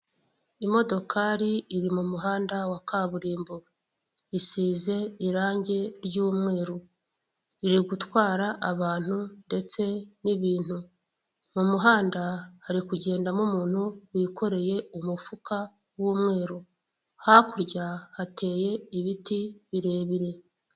Imodokari iri mu muhanda wa kaburimbo isize irange ry'umweru, iri gutwara abantu ndetse n'ibintu. Mu muhanda hari kugendamo umuntu wikoreye umufuka w'umweru, hakurya hateye ibiti birebire.